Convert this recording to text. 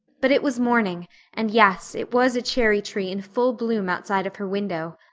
but it was morning and, yes, it was a cherry-tree in full bloom outside of her window.